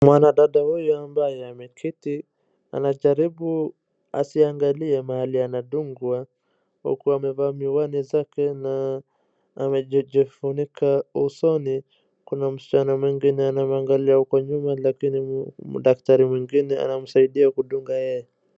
Mwanadada huyu ambaye ameketi anajaribu asiangalie mahali anadungwa huku amevaa miwani zake na amejifunika usoni. Kuna msichana mwingine anamwangalia huko nyuma lakini daktari mwingine anamsaidia yeye kudunga yeye.